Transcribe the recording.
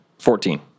Fourteen